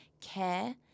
care